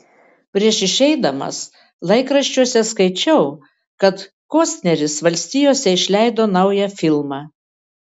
prieš išeidamas laikraščiuose skaičiau kad kostneris valstijose išleido naują filmą